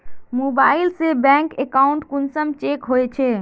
Mobile से bank account कुंसम check होचे?